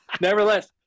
nevertheless